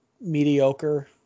mediocre